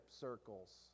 circles